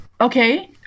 Okay